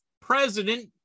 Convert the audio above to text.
president